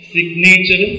Signature